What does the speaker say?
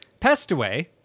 Pestaway